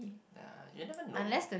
ya you will never know